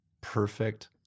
perfect